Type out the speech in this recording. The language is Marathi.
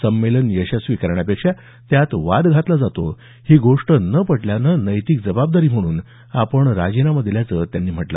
संमेलन यशस्वी करण्यापेक्षा त्यात वाद घातला जातो ही गोष्ट न पटल्यानं नैतिक जबाबदारी म्हणून आपण राजीनामा दिल्याचं त्यांनी स्पष्ट केलं